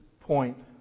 point